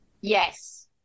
Yes